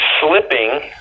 slipping